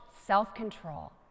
self-control